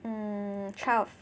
mm twelve